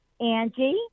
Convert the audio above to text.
Angie